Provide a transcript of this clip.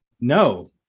no